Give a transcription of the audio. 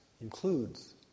includes